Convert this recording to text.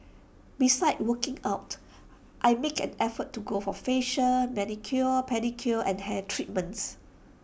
besides working out I make an effort to go for facials manicures pedicures and hair treatments